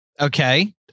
Okay